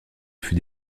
fut